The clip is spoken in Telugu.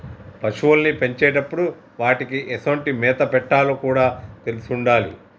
పశువుల్ని పెంచేటప్పుడు వాటికీ ఎసొంటి మేత పెట్టాలో కూడా తెలిసుండాలి